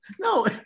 no